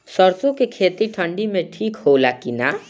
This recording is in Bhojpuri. सरसो के खेती ठंडी में ठिक होला कि ना?